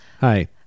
Hi